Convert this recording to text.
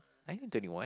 are you twenty one